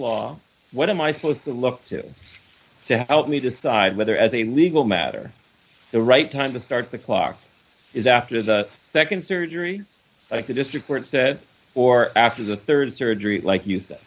law what am i supposed to look to to help me decide whether as a legal matter the right time to start the clock is after the nd surgery the district court said for after the rd surgery like you said